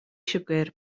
siwgr